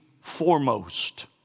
foremost